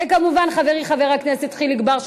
וכמובן חברי חבר הכנסת חיליק בר,